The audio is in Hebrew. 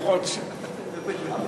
אותי.